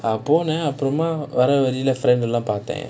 போன அப்புறமா வர வழில:pona appuramaa vara vazhila friend லாம் பாத்தேன்:laam paathaen